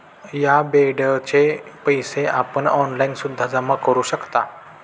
या बेडचे पैसे आपण ऑनलाईन सुद्धा जमा करू शकता